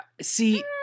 See